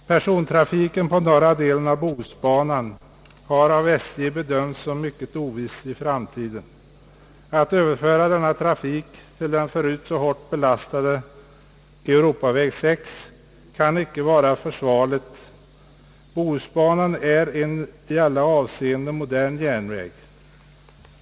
Persontrafiken på norra delen av Bohusbanan har av SJ bedömts som mycket oviss i framtiden. Att överföra denna trafik till den förut så hårt belastade Europaväg 6 kan inte vara försvarligt. Bohusbanan är en i alla avseenden modern järnväg.